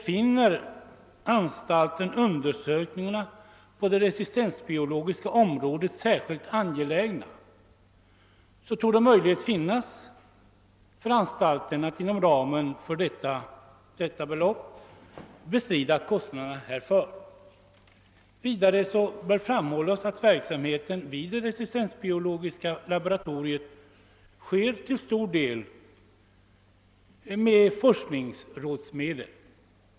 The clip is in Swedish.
Finner anstalten undersökningarna på det resistenbiologiska området särskilt angelägna, torde möjlighet finnas för anstalten att med dessa medel bestrida kostnaderna härför. Vidare bör framhållas att verksamheten vid det resistensbiologiska laboratoriet till stor del sker med forskningsmedel.